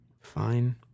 Fine